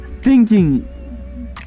stinking